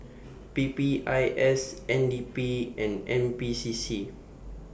P P I S N D P and N P C C